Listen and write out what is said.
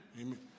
amen